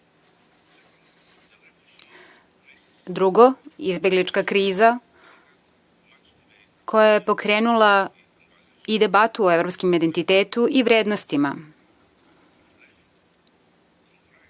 drugo, izbeglička kriza, koja je pokrenula i debatu o evropskom identitetu i vrednostima.